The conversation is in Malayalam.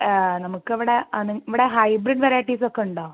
നമുക്ക് ഇവിടെ ആ ഇവിടെ ഹൈബ്രിഡ് വെറൈറ്റീസ് ഒക്കെ ഉണ്ടോ